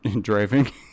Driving